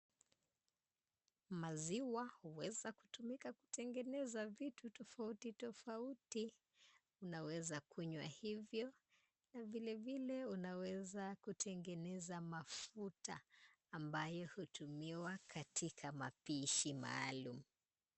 Maziwa huweza kutumika kutengeneza vitu tofauti tofauti. Unaweza kunywa hivyo na vilevile unaweza kutengeneza mafuta ambayo hutumiwa katika mapishi maalum.